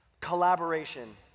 Collaboration